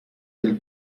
del